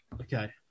Okay